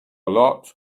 lot